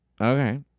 Okay